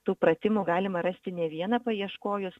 tų pratimų galima rasti ne vieną paieškojus